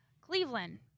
Cleveland